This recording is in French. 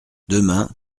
demain